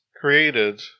created